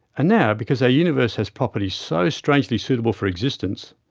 and now, because our universe has properties so strangely suitable for existence,